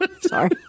sorry